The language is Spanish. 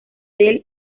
del